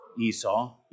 Esau